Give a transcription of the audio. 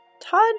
Todd